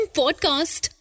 podcast